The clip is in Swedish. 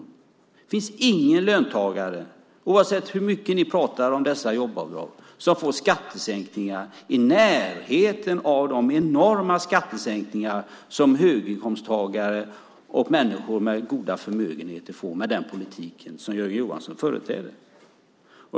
Det finns ingen löntagare, oavsett hur mycket ni pratar om dessa jobbavdrag, som får skattesänkningar i närheten av de enorma skattesänkningar som höginkomsttagare och människor med goda förmögenheter får med den politik som Jörgen Johansson företräder.